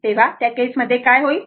तर त्या केस मध्ये काय होईल